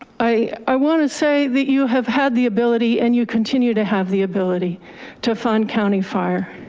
i wanna say that you have had the ability and you continue to have the ability to fund county fire.